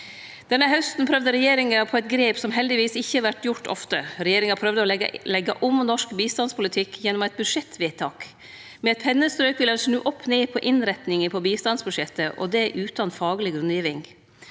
Denne hausten prøvde regjeringa på eit grep som heldigvis ikkje vert gjort ofte. Regjeringa prøvde å leggje om norsk bistandspolitikk gjennom eit budsjettvedtak. Med eit pennestrøk ville dei snu opp ned på innrettinga av bistandsbudsjettet, og det utan fagleg grunngiving.